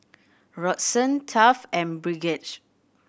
Roxann Taft and Bridgette